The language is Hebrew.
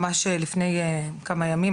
ממש לפני כמה ימים,